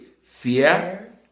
Fear